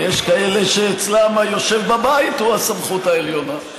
ויש כאלה שאצלם היושב בבית הוא הסמכות העליונה.